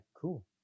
Cool